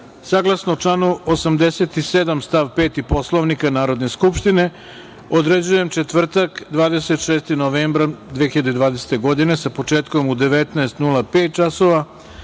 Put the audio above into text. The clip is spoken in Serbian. saglasno članu 87. stav 5. Poslovnika Narodne skupštine, određujem četvrtak, 26. novembar 2020. godine, sa početkom u 19.05